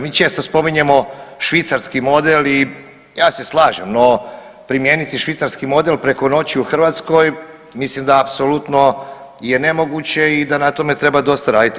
Mi često spominjemo švicarski model i ja se slažem, no primijeniti švicarski model preko noći u Hrvatskoj mislim da apsolutno je nemoguće i da na tome treba dosta raditi.